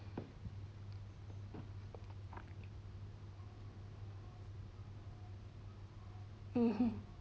mmhmm